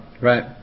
Right